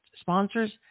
sponsors